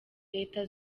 leta